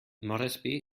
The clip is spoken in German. moresby